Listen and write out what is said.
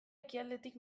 ekialdetik